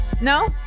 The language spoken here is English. No